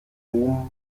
ruhm